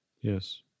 Yes